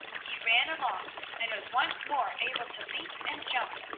he ran along and was once more able to leap and jump,